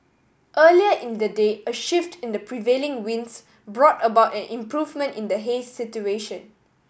earlier in the day a shift in the prevailing winds brought about an improvement in the haze situation